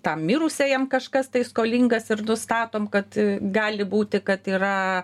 tam mirusiajam kažkas tai skolingas ir nustatom kad gali būti kad yra